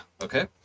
Okay